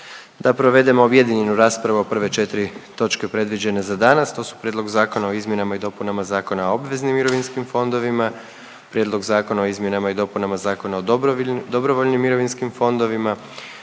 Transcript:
da provedemo objedinjenu raspravu o prve 4 točke predviđene za danas, to su: - Prijedlog zakona o izmjenama i dopunama Zakona o obveznim mirovinskim fondovima, prvo čitanje, P.Z. br. 585. - Prijedlog zakona o izmjenama i dopunama Zakona o dobrovoljnim mirovinskim fondovima,